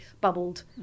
bubbled